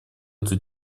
эту